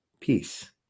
peace